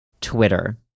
Twitter